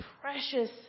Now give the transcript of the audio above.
precious